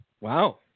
Wow